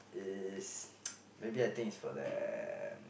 is maybe I think is for the